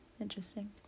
interesting